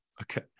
Okay